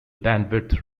bandwidth